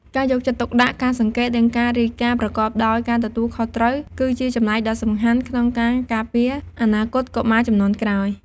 ការយកចិត្តទុកដាក់ ការសង្កេត និងការរាយការណ៍ប្រកបដោយការទទួលខុសត្រូវ គឺជាចំណែកដ៏សំខាន់ក្នុងការការពារអនាគតកុមារជំនាន់ក្រោយ។